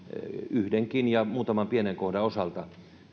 yhdenkin ja muutaman pienen kohdan osalta